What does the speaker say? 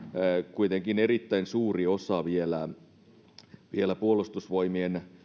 kuitenkin vielä erittäin suuri osa puolustusvoimien